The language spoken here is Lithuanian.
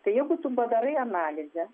tai jeigu tu padarai analizę